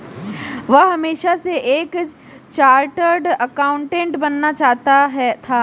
वह हमेशा से एक चार्टर्ड एकाउंटेंट बनना चाहता था